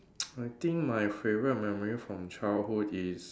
I think my favorite memory from childhood is